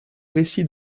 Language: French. récits